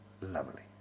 lovely